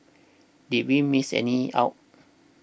did we miss any out